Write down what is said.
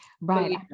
Right